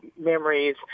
memories